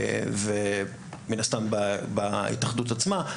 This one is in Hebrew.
ומן הסתם בהתאחדות עצמה.